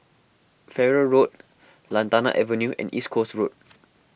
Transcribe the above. Farrer Road Lantana Avenue and East Coast Road